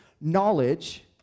knowledge